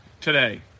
today